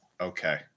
Okay